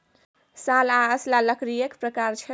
साल आ असला लकड़ीएक प्रकार छै